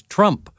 Trump